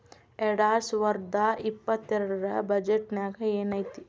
ಎರ್ಡ್ಸಾವರ್ದಾ ಇಪ್ಪತ್ತೆರ್ಡ್ ರ್ ಬಜೆಟ್ ನ್ಯಾಗ್ ಏನೈತಿ?